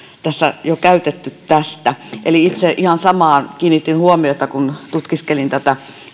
jo käytetty tästä eli itse ihan samaan kiinnitin huomiota kun tutkiskelin tätä